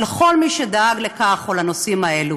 ולכל מי שדאג לכך או לנושאים האלה: